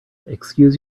excuse